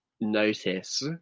notice